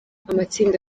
amatsinda